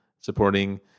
supporting